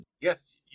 Yes